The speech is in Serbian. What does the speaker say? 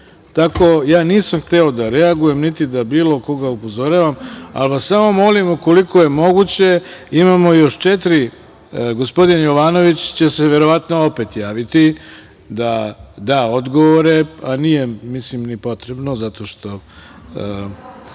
posle. Nisam hteo da reagujem, niti da bilo koga upozoravam, ali vas samo molim, ukoliko je moguće, imamo još četiri, gospodin Jovanović će se verovatno opet javiti da da odgovore, a mislim da nije ni potrebno, zato što